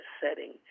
setting